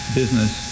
business